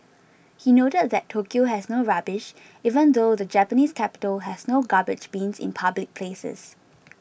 he noted that Tokyo has no rubbish even though the Japanese capital has no garbage bins in public places